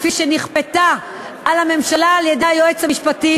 כפי שנכפתה על הממשלה על-ידי היועץ המשפטי